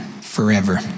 forever